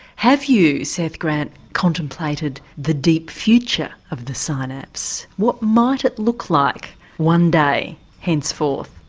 have you seth grant contemplated the deep future of the synapse? what might it look like one day henceforth?